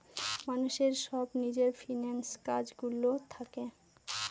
মানুষের সব নিজের ফিন্যান্স কাজ গুলো থাকে